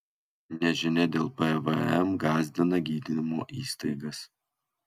nežinia dėl pvm gąsdina gydymo įstaigas